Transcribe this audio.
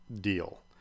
deal